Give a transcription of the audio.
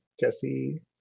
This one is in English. Jesse